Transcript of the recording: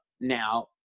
now